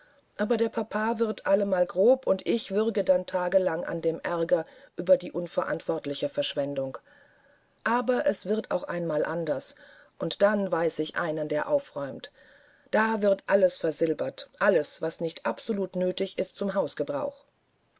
aber der papa wird allemal grob und ich würge dann tagelang an dem aerger über die unverantwortliche verschwendung aber es wird auch einmal anders und dann weiß ich einen der aufräumt da wird alles versilbert alles was nicht absolut nötig ist zum hausgebrauch